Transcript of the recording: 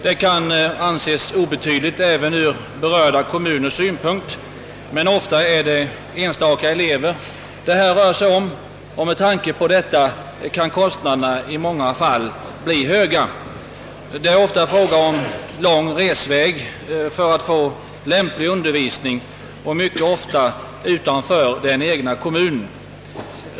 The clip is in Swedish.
Detta belopp kan synes obetydligt även ur berörda kommuners synpunkt, men ofta rör det sig om enstaka elever, och därför kan kostnaderna per elev i många fall bli höga. Det är ofta fråga om långa resvägar för att eleverna skall få lämplig undervisning, i många fall utanför den egna kommunen.